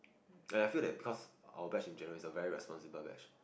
then I feel that because our batch in general is very responsible batch